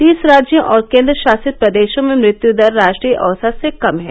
तीस राज्यों और केन्द्रशासित प्रदेशों में मृत्यु दर राष्ट्रीय औसत से कम है